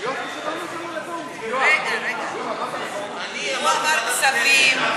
מי אמר, רגע, רגע, הוא אמר כספים,